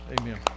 amen